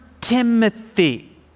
Timothy